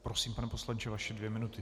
Prosím, pane poslanče, vaše dvě minuty.